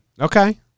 Okay